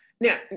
now